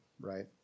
right